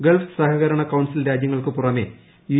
Gulf സഹകരണ council രാജ്യങ്ങൾക്ക് പുറമെ യു